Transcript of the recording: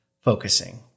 focusing